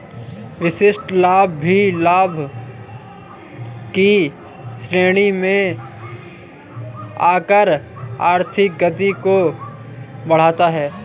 विशिष्ट लाभ भी लाभ की श्रेणी में आकर आर्थिक गति को बढ़ाता है